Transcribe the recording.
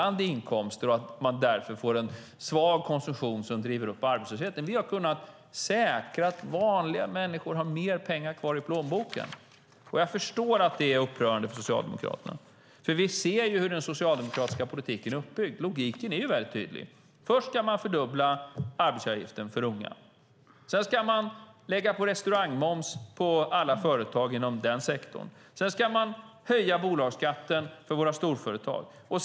Jag förstår att det är upprörande för Socialdemokraterna. Logiken är väldigt tydlig. Först ska man fördubbla arbetsgivaravgiften för unga. Sedan ska man lägga på restaurangmoms på alla företag inom den sektorn. Därtill ska man höja bolagsskatten för våra storföretag.